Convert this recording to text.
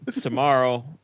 tomorrow